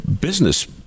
business